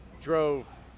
Drove